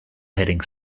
heading